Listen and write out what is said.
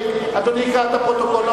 אדוני יקרא את הפרוטוקול.